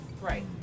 Right